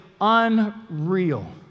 unreal